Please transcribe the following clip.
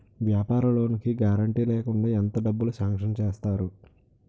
వ్యాపార లోన్ కి గారంటే లేకుండా ఎంత డబ్బులు సాంక్షన్ చేస్తారు?